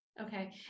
Okay